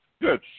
Good